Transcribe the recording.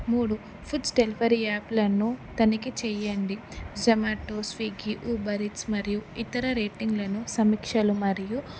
మూడు foods delivery యాప్లను తనిఖీ చేయండి జొమాటో స్విగ్గీ ఉబర్ ఈట్స్ మరియు ఇతర రేటింగ్లను సమీక్షలు మరియు